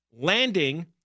landing